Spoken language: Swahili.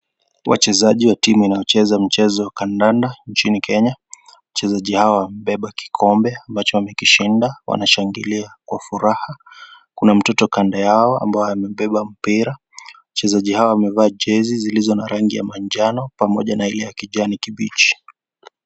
Wachezaji wa timu inayocheza mchezo wa kandanda nchini Kenya. Wachezaji hawa wamebeba kikombe ambacho wamekishinda. Wanashangilia kwa furaha. Kuna mtoto kando yao, ambaye amebeba mpira. Wachezaji hawa wamevaa jezi zilizo na rangi ya manjano pamoja na ile ya kijani kibichi.